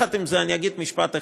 עם זה, אני אגיד משפט אחד,